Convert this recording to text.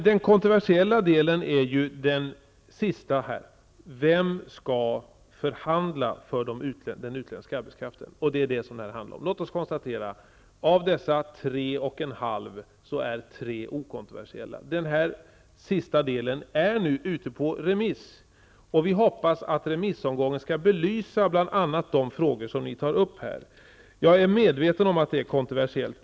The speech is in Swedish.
Den kontroversiella frågan är vem som skall förhandla för den utländska arbetskraften. Låt oss konstatera att av dessa tre och en halv delar är det tre som är okontroversiella. Den sista delen är nu ute på remiss. Vi hoppas att remissomgången skall belysa bl.a. de frågor som tas upp här. Jag är medveten om att detta är kontroversiellt.